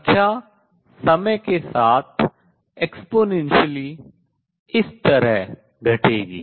संख्या समय के साथ चरघातांकी रूप से इस तरह घटेगी